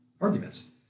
arguments